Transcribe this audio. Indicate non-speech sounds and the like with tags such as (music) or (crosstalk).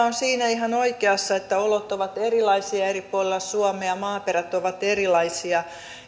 (unintelligible) on siinä ihan oikeassa että olot ovat erilaisia eri puolilla suomea maaperät ovat erilaisia